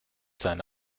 sein